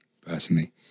personally